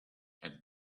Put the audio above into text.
and